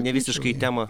ne visiškai į temą